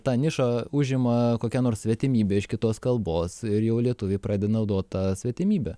tą nišą užima kokia nors svetimybė iš kitos kalbos ir jau lietuviai pradeda naudot tą svetimybę